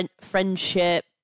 friendship